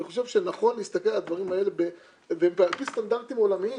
אני חושב שנכון להסתכל על הדברים האלה על פי סטנדרטים עולמיים.